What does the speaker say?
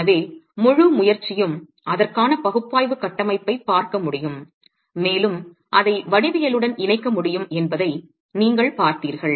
எனவே முழு முயற்சியும் அதற்கான பகுப்பாய்வு கட்டமைப்பைப் பார்க்க முடியும் மேலும் அதை வடிவியலுடன் இணைக்க முடியும் என்பதை நீங்கள் பார்த்தீர்கள்